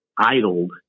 Idled